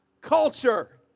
culture